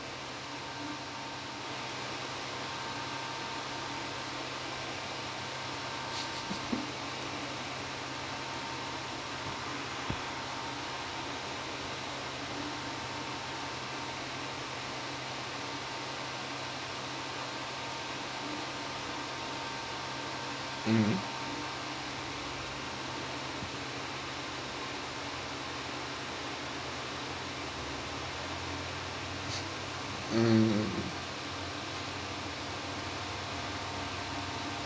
mmhmm mm